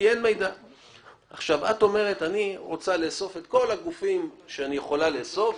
את אומרת: אני רוצה לאסוף את כל הגופים שאני יכולה לאסוף,